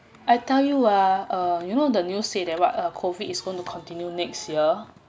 I tell you ah uh you know the news said that what uh COVID is going to continue next year